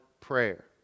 prayer